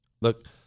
Look